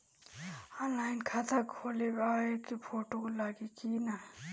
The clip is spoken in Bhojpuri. ऑनलाइन खाता खोलबाबे मे फोटो लागि कि ना?